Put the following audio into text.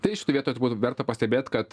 tai šitoj vietoj turbūt verta pastebėt kad